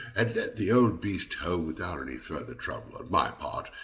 and led the old beast home without any further trouble on my part,